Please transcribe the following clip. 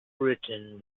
written